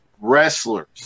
wrestlers